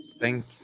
Thank